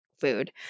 food